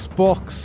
box